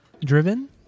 driven